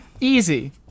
Easy